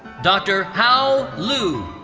dr. hao lu.